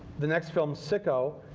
the next film, sicko,